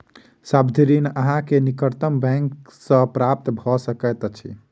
सावधि ऋण अहाँ के निकटतम बैंक सॅ प्राप्त भ सकैत अछि